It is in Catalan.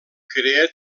crea